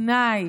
פנאי,